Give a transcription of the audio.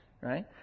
right